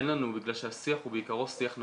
אין לנו בגלל שהשיח הוא בעיקרו שיח נזפני,